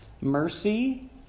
Mercy